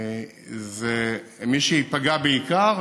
מי שייפגע בעיקר